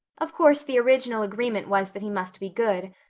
of course, the original agreement was that he must be good.